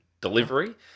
delivery